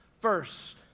first